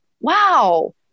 wow